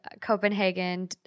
Copenhagen